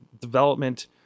development